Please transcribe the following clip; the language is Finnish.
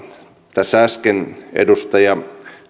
tässä äsken edustaja